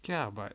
ya but